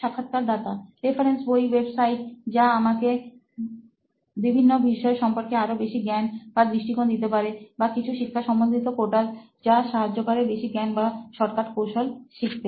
সাক্ষাৎকারদাতা রেফারেন্স বই ওয়েবসাইট যা আমাকেভিকন বিষয় সম্পর্কে আরও বেশি জ্ঞান বা দৃষ্টিকোণ দিতে পারে বা কিছু শিক্ষা সম্বন্ধিত পোর্টাল যা সাহায্য করে বেশি জ্ঞান বা শর্টকাট কৌশল শিখতে